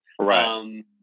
Right